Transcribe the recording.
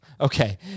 Okay